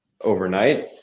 overnight